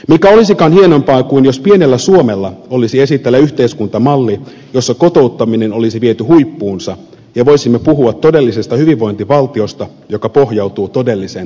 mikä olisikaan hienompaa kuin jos pienellä suomella olisi esitellä yhteiskuntamalli jossa kotouttaminen olisi viety huippuunsa ja voisimme puhua todellisesta hyvinvointivaltiosta joka pohjautuu todelliseen tasa arvoon